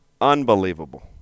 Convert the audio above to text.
Unbelievable